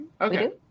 Okay